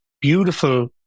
beautiful